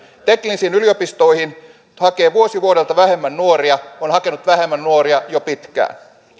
teknillisiin yliopistoihin hakee vuosi vuodelta vähemmän nuoria on hakenut vähemmän nuoria jo pitkään